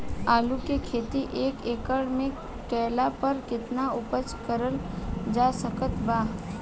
आलू के खेती एक एकड़ मे कैला पर केतना उपज कराल जा सकत बा?